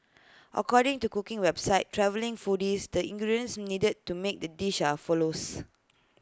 according to cooking website travelling foodies the ingredients needed to make the dish are follows